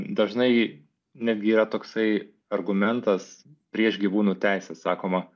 dažnai netgi yra toksai argumentas prieš gyvūnų teises sakoma